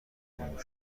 گرون